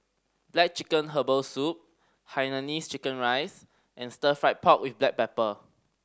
black chicken herbal soup hainanese chicken rice and Stir Fried Pork With Black Pepper